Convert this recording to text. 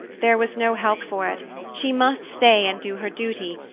there was no help for it she must stay and do her duty,